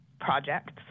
projects